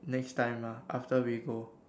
next time ah after we go